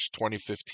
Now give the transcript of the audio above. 2015